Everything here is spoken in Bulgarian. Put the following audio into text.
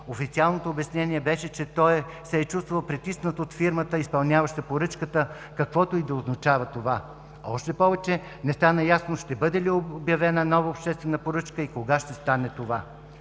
Официалното обяснение беше, че се е чувствал притиснат от фирмата, изпълняваща поръчката, каквото и да означава това!? Още повече – не стана ясно дали ще бъде обявена нова обществена поръчка и кога ще стане това?